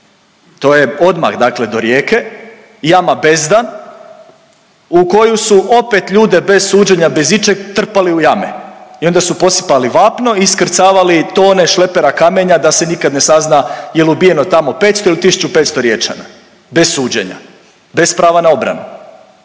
to je odmah dakle do Rijeke Jama bezdan u koju su opet ljude bez suđenja bez ičeg trpali u jame i onda su posipali vapno i iskrcavali tone šlepera kamenja da se nikad ne sazna jel ubijeno tamo 500 ili 1.500 Riječana bez suđenja, bez prava na obranu.